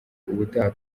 ubutaha